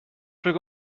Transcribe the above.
بگو